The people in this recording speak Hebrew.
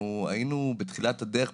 היינו בתחילת הדרך,